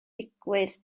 digwydd